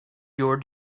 your